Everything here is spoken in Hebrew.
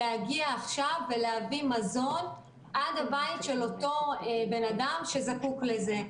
להגיע עכשיו ולהביא מזון עד לבית של אותו בן אדם שזקוק לזה.